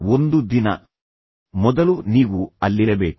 ಒಂದು ದಿನ ಮೊದಲು ನೀವು ಅಲ್ಲಿರಬೇಕು